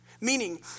Meaning